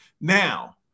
Now